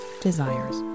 desires